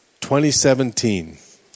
2017